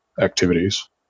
activities